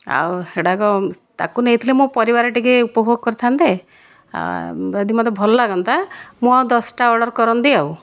ଆଉ ହେଡ଼ାକ ତାକୁ ନେଇଥିଲେ ମୋ ପରିବାର ଟିକେ ଉପଭୋଗ କରିଥାନ୍ତେ ଯଦି ମୋତେ ଭଲ ଲାଗନ୍ତା ମୁଁ ଆଉ ଦଶଟା ଅର୍ଡ଼ର କରନ୍ତି ଆଉ